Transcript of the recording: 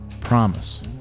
promise